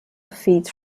feeds